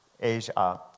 Asia